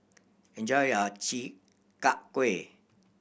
enjoy your Chi Kak Kuih